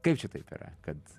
kaip čia taip yra kad